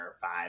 five